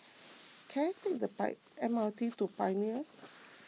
can I take the M R T to Pioneer